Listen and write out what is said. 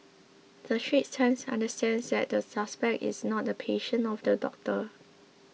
the Straits Times understands that the suspect is not a patient of the doctor